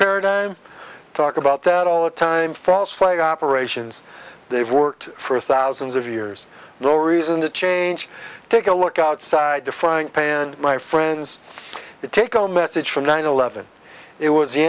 paradigm talk about that all the time false flag operations they've worked for thousands of years no reason to change take a look outside the frying pan and my friends take a message from nine eleven it was